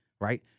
right